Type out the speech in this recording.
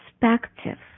perspective